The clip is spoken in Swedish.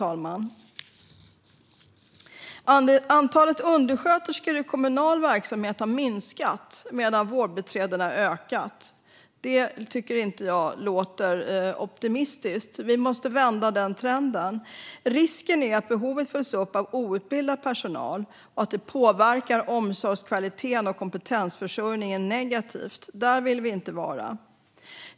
Antalet undersköterskor i kommunal verksamhet har minskat medan antalet vårdbiträden har ökat. Det tycker jag inte låter optimistiskt. Vi måste vända den trenden. Risken är att behoven följs upp av outbildad personal och att det påverkar omsorgskvaliteten och kompetensförsörjningen negativt. Där vill vi inte vara.